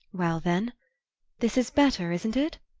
well, then this is better, isn't it?